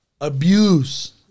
abuse